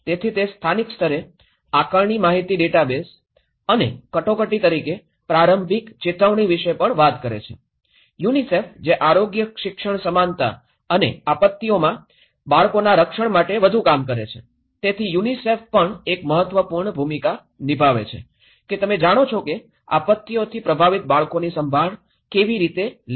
તેથી તે સ્થાનિક સ્તરે આકારણી માહિતી ડેટાબેઝ અને કટોકટી તરીકે પ્રારંભિક ચેતવણી વિશે પણ વાત કરે છે યુનિસેફ જે આરોગ્ય શિક્ષણ સમાનતા અને આપત્તિઓમાં બાળકોના રક્ષણ માટે વધુ કામ કરે છે તેથી યુનિસેફ પણ એક મહત્વપૂર્ણ ભૂમિકા નિભાવે છે કે તમે જાણો છો કે આપત્તિઓથી પ્રભાવિત બાળકોની સંભાળ કેવી રીતે લેવી